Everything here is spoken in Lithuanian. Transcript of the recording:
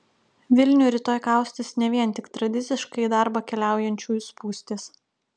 vilnių rytoj kaustys ne vien tik tradiciškai į darbą keliaujančiųjų spūstys